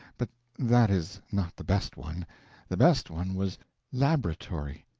but that is not the best one the best one was laboratory.